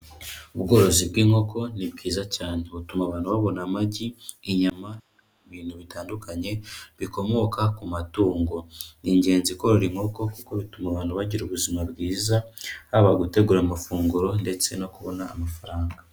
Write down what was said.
Ubworozi bw'inkoko ni bwiza cyane butuma abantu babona amagi inyama ibintuintu bitandukanye bikomoka ku matungo, ni ingenzi korora inkoko kuko bituma abantu bagira ubuzima bwiza haba gutegura amafunguro ndetse no kubona amafaranga.